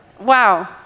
wow